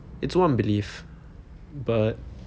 it's one belief but